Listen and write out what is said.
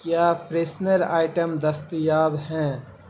کیا فریسنر آئٹم دستیاب ہیں